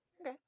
Okay